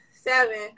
Seven